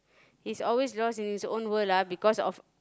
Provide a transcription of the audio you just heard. he's always lost in his own world ah because of